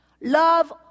Love